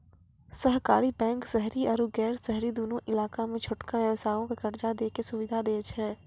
सहकारी बैंक शहरी आरु गैर शहरी दुनू इलाका मे छोटका व्यवसायो के कर्जा दै के सुविधा दै छै